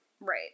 Right